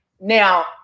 Now